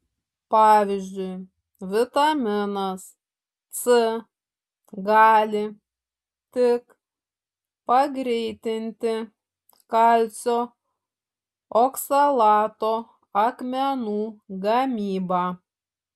pavyzdžiui vitaminas c gali tik pagreitinti kalcio oksalato akmenų gamybą